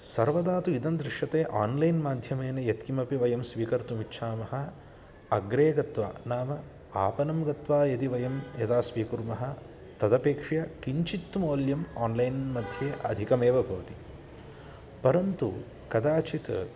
सर्वदा तु इदं दृश्यते आन्लैन् माध्यमेन यत्किमपि वयं स्वीकर्तुमिच्छामः अग्रे गत्वा नाम आपणं गत्वा यदि वयं यदा स्वीकुर्मः तदपेक्षया किञ्चित् मौल्यम् आन्लैन् मध्ये अधिकमेव भवति परन्तु कदाचित्